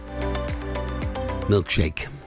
Milkshake